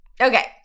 Okay